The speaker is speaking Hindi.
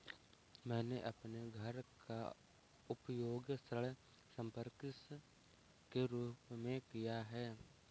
मैंने अपने घर का उपयोग ऋण संपार्श्विक के रूप में किया है